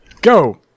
Go